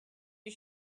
you